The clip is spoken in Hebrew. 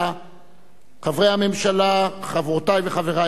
חברי הממשלה, חברותי וחברי חברי הכנסת,